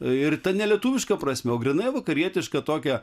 ir ta ne lietuviška prasme o grynai vakarietiška tokia